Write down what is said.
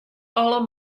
alle